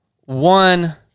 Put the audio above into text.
one